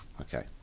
Okay